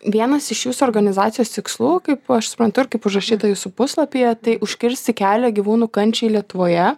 vienas iš jūsų organizacijos tikslų kaip aš suprantu kaip užrašyta jūsų puslapyje tai užkirsti kelią gyvūnų kančiai lietuvoje